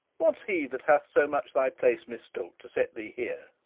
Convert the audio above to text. what's he that hath so much thy place mistook to set thee here?